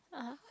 (uh huh)